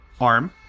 arm